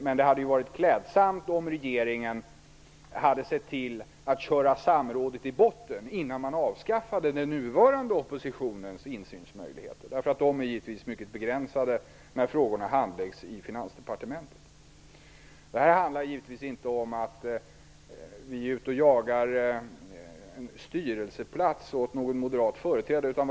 Men det hade varit klädsamt om regeringen hade sett till att köra samrådet i botten innan man avskaffade den nuvarande oppositionens insynsmöjligheter. De är givetvis mycket begränsade när frågorna handläggs i Finansdepartementet. Det handlar givetvis inte om att vi jagar styrelseplats åt någon moderat företrädare.